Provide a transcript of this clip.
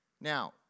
Now